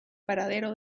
paradero